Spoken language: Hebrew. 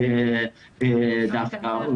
או